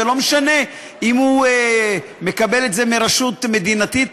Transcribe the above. ולא משנה אם הוא מקבל את זה מרשות מדינתית,